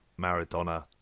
Maradona